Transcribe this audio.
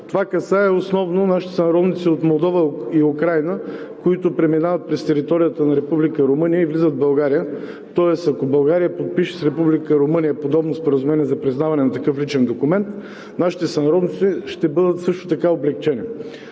Това касае основно нашите сънародници от Молдова и Украйна, които преминават през територията на Република Румъния и влизат в България. Ако България подпише с Република Румъния подобно споразумение за признаване на такъв личен документ, нашите сънародници ще бъдат облекчени